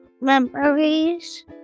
memories